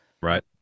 Right